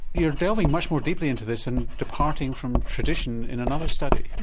you're delving much more deeply into this and departing from tradition in another study.